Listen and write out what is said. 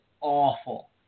awful